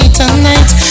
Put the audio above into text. tonight